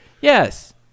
Yes